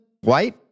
White